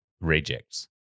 rejects